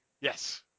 Yes